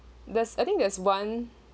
there's I think there's one